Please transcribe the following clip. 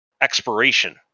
expiration